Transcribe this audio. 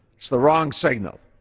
it's the wrong signal.